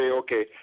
okay